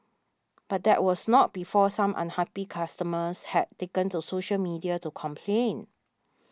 but that was not before some unhappy customers had taken to social media to complain